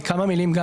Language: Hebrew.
גור בליי, בבקשה.